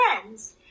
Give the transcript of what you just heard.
friends